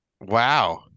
Wow